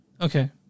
Okay